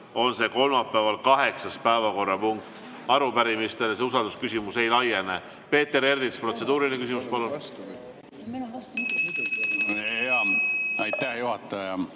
on see kolmapäeval kaheksas päevakorrapunkt. Arupärimistele see usaldusküsimus ei laiene. Peeter Ernits, protseduuriline küsimus,